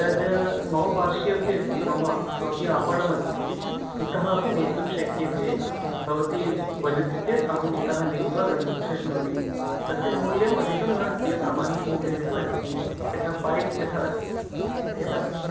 यद् मम पार्श्वेऽपि अस्ति मम स्वकीयम् आपणम् अस्ति इतः अपि नेतुं शक्यते भवती वदति चेत् अहम् इतः नीत्वा गन्तुं शक्नोमि तस्य मूल्यमधिकं नास्ति सामान्यमूल्यमेव अस्ति यथा पैप् यथा यथा